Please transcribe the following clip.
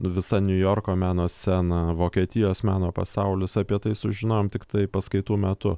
nu visa niujorko meno scena vokietijos meno pasaulis apie tai sužinojom tiktai paskaitų metu